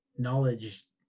knowledge